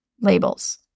labels